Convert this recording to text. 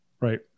Right